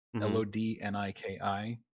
L-O-D-N-I-K-I